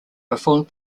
performed